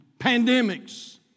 pandemics